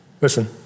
Listen